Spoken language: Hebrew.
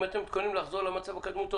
אם אתם מתכוננים לחזור למצב לקדמותו.